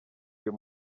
uyu